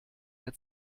der